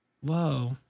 whoa